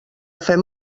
fem